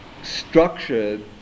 structured